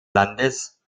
landes